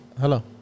Hello